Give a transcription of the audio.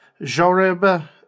Jorib